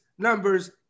numbers